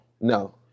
No